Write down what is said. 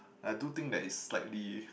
I do think that it's slightly